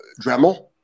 Dremel